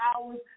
hours